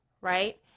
right